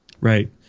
Right